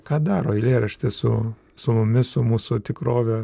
ką daro eilėraštis su su mumis su mūsų tikrove